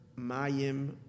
mayim